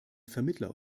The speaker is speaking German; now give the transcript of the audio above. vermittler